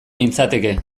nintzateke